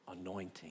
anointing